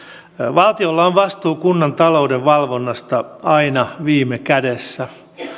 valtiolla on vastuu kunnan talouden valvonnasta aina viime kädessä